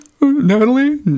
Natalie